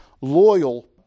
loyal